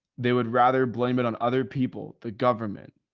they would rather blame it on other people, the government,